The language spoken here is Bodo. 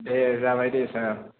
दे जाबाय दे सार